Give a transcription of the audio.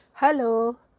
Hello